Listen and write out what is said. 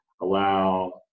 allow